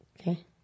Okay